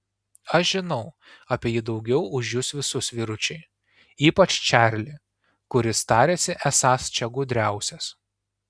aš žinau apie jį daugiau už jus visus vyručiai ypač čarlį kuris tariasi esąs čia gudriausias